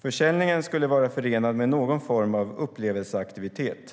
Försäljningen skulle vara förenad med någon form av upplevelseaktivitet.